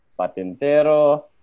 Patintero